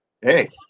hey